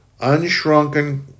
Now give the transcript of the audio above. unshrunken